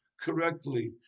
correctly